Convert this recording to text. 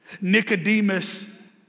Nicodemus